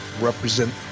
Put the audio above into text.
represent